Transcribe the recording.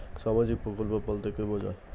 সামাজিক প্রকল্প বলতে কি বোঝায়?